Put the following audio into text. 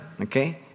okay